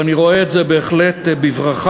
ואני רואה את זה בהחלט בברכה.